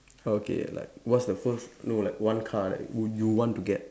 okay like what's the first no like one car like would you want to get